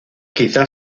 quizá